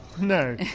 No